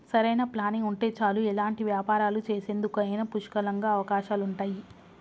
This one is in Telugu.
సరైన ప్లానింగ్ ఉంటే చాలు ఎలాంటి వ్యాపారాలు చేసేందుకైనా పుష్కలంగా అవకాశాలుంటయ్యి